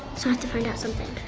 so i have to find out something.